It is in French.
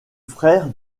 frère